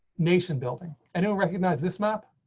nation building and recognize this map.